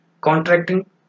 Contracting